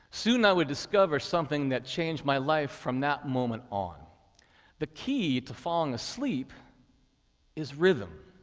soon i would discover something that changed my life from that moment on the key to falling asleep is rhythm.